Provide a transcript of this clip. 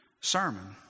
sermon